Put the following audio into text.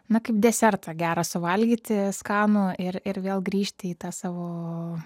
na kaip desertą gerą suvalgyti skanų ir ir vėl grįžti į tą savo